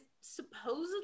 supposedly